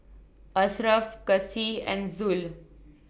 Ashraf Kasih and Zul